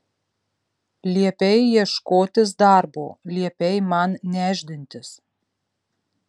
liepei ieškotis darbo liepei man nešdintis